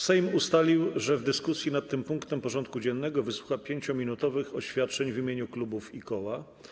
Sejm ustalił, że w dyskusji nad tym punktem porządku dziennego wysłucha 5-minutowych oświadczeń w imieniu klubów i koła.